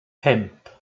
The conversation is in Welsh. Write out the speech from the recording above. pump